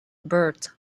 bert